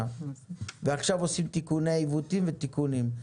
ועכשיו עושים תיקוני עיוותים ותיקונים.